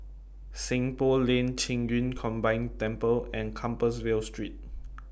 Seng Poh Lane Qing Yun Combined Temple and Compassvale Street